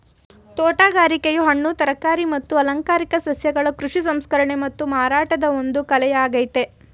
ತೋಟಗಾರಿಕೆಯು ಹಣ್ಣು ತರಕಾರಿ ಮತ್ತು ಅಲಂಕಾರಿಕ ಸಸ್ಯಗಳ ಕೃಷಿ ಸಂಸ್ಕರಣೆ ಮತ್ತು ಮಾರಾಟದ ಒಂದು ಕಲೆಯಾಗಯ್ತೆ